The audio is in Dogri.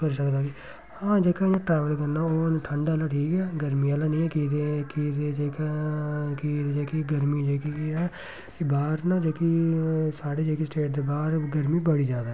करी सकदा कि हां जेह्का इयां ट्रैवल करना होऐ ते ठंड ऐ ते ठीक ऐ गर्मियां आह्ला नेईं ऐ की जे की जे जेह्का ऐ जेह्की गर्मी जेह्की ऐ एह् बाह्र न जेह्की साढ़ी जेह्की स्टेट दे बाह्र गर्मी बड़ी ज्यादा